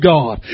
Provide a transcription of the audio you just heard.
God